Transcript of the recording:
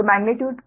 तो मेग्नीट्यूड